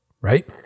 right